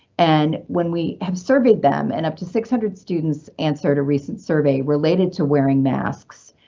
and when we have surveyed them and up to six hundred students answered a recent survey related to wearing masks,